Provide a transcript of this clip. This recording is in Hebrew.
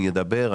אני אדבר,